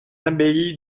abbaye